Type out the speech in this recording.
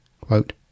quote